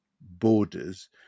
borders